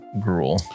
gruel